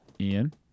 Ian